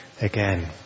again